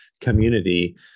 community